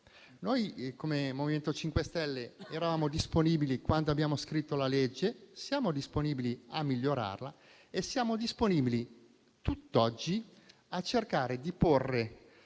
Noi, come MoVimento 5 Stelle, eravamo disponibili quando abbiamo scritto la legge; siamo disponibili a migliorarla e siamo disponibili tutt'oggi a cercare di porre